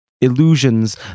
Illusions